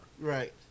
Right